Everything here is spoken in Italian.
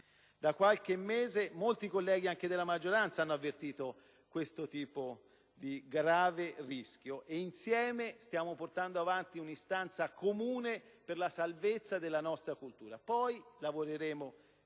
Da qualche mese molti colleghi, anche della maggioranza, hanno avvertito questo tipo di grave rischio, e insieme stiamo portando avanti un'istanza comune per la salvezza della nostra cultura; poi lavoreremo